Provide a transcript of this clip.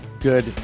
Good